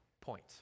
point